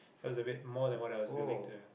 has a bit more that what I was meaning to